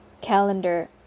calendar